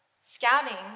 Scouting